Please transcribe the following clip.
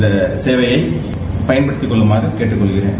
இந்த சேவையை பயன்படுத்திக்கொள்ளுமா கேட்டுக்கொள்கிறேன்